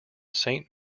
saint